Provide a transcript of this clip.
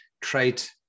trait